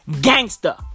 gangster